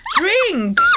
drink